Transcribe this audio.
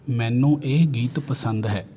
ਮੈਨੂੰ ਇਹ ਗੀਤ ਪਸੰਦ ਹੈ